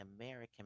American